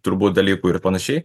turbūt dalykų ir panašiai